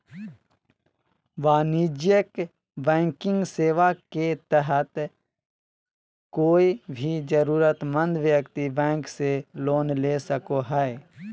वाणिज्यिक बैंकिंग सेवा के तहत कोय भी जरूरतमंद व्यक्ति बैंक से लोन ले सको हय